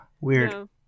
Weird